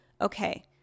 okay